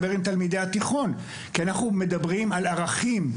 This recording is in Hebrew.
כי אנחנו מדברים על ערכים,